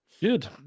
Good